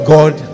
God